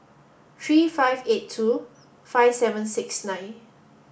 three five eight two five seven six nine